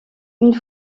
une